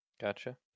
Gotcha